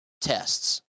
tests